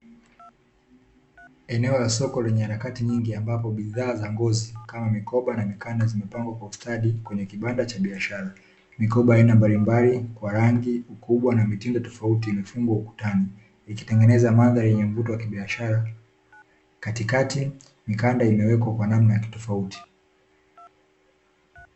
Eneo la soko lenye harakati nyingi ambapo bidhaa za ngozi kama mikoba na mikanda zimepangwa kwa ustadi kwenye kibanda cha biashara. Mikoba ya aina mbalimbali kwa rangi, ukubwa na mitindo tofauti imefungwa ukutani, ikitengeneza mandhari yenye mvuto wa kibiashara. Katikati mikanda imewekwa kwa namna ya kitofauti.